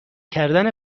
کردن